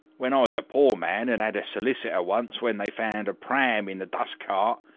when i was a poor man and had a solicitor once when they found a pram in the dust cart,